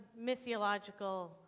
missiological